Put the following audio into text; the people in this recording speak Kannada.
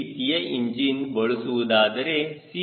ಈ ರೀತಿಯ ಇಂಜಿನ್ ಬಳಸುವುದಾದರೆ C